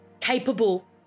capable